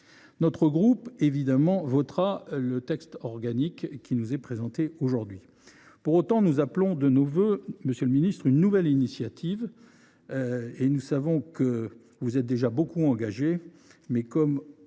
votera évidemment le projet de loi organique qui nous est présenté aujourd’hui. Pour autant, nous appelons de nos vœux, monsieur le ministre, une nouvelle initiative. Nous savons que vous êtes déjà beaucoup engagé sur ce